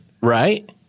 right